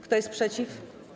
Kto jest przeciw?